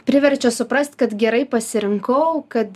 priverčia suprast kad gerai pasirinkau kad